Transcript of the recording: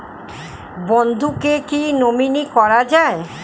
বন্ধুকে কী নমিনি করা যায়?